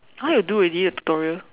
!huh! you do already the tutorial